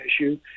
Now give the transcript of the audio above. issue